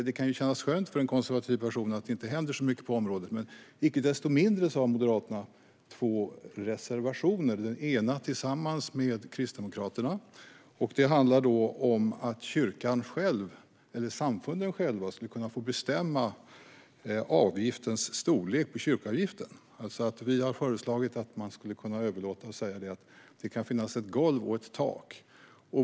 Det kan kännas skönt för en konservativ person att det inte händer så mycket på området, men icke desto mindre har Moderaterna två reservationer. Den ena reservationen har Moderaterna tillsammans med Kristdemokraterna. Det handlar om att samfunden själva skulle kunna få bestämma storleken på kyrkoavgiften. Vi har föreslagit att man skulle kunna säga att det kan finnas ett golv och ett tak.